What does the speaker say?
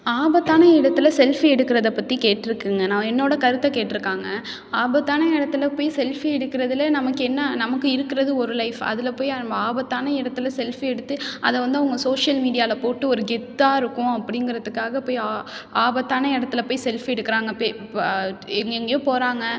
ஆபத்தான இடத்தில் செல்ஃபி எடுக்கிறத பற்றி கேட்டிருக்குங்க நான் என்னோடய கருத்தை கேட்டிருக்காங்க ஆபத்தான இடத்துல போய் செல்ஃபி எடுக்கிறதுல நமக்கு என்ன நமக்கு இருக்கிறது ஒரு லைஃப் அதில் போய் நம்ம ஆபத்தான இடத்துல செல்ஃபி எடுத்து அதை வந்து அவங்க சோஷியல் மீடியாவில் போட்டு ஒரு கெத்தாக இருக்கும் அப்படிங்கிறத்துக்காக போய் ஆ ஆபத்தான இடத்துல போய் செல்ஃபி எடுக்கிறாங்க எங்கெங்கேயோ போகிறாங்க